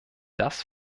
das